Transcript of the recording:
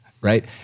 Right